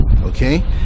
okay